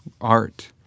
art